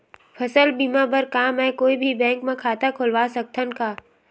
फसल बीमा बर का मैं कोई भी बैंक म खाता खोलवा सकथन का?